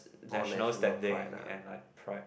national standing and like pride